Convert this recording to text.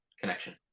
connection